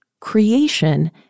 creation